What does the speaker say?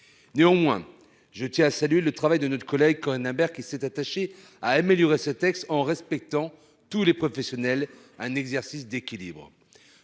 cause, je tiens à saluer le travail de notre collègue Corinne Imbert, qui s'est attachée à améliorer ce texte en respectant tous les professionnels- un exercice d'équilibre.